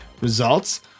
Results